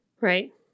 Right